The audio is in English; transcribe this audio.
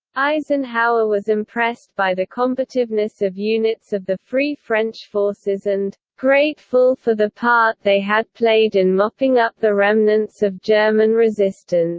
eisenhower was impressed by the combativeness of units of the free french forces and grateful for the part they had played in mopping up the remnants of german resistance